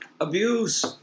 abuse